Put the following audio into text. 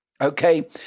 okay